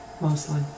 mostly